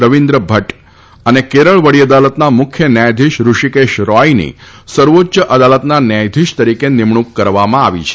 રવિન્દ્ર ભદ્દ અને કેરળ વાી અદાલતના મુખ્ય ન્યાયાધીશ ઋષિકેશ રોયની સર્વોચ્ય અદાલતના ન્યાયાધીશ તરીકે નિમણુંક કરવામાં આવી છે